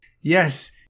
yes